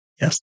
Yes